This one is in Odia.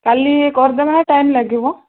କାଲି କରିଦେବା ଟାଇମ୍ ଲାଗିବ